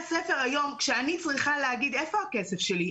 כשאני צריכה להגיד איפה הכסף שלי?